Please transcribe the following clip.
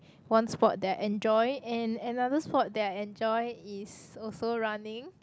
one sport that I enjoy and another sport that I enjoy is also running